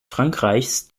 frankreichs